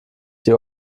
die